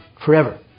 forever